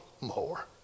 more